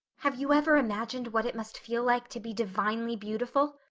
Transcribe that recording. have you ever imagined what it must feel like to be divinely beautiful?